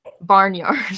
Barnyard